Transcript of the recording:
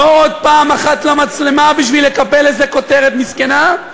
לא עוד פעם אחת למצלמה בשביל לקבל איזו כותרת מסכנה,